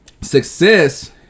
Success